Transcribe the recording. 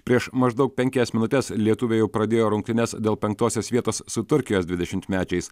prieš maždaug penkias minutes lietuviai jau pradėjo rungtynes dėl penktosios vietos su turkijos dvidešimmečiais